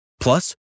Plus